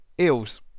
eels